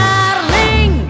Darling